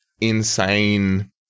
insane